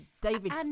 david